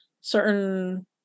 certain